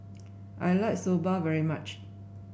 I like Soba very much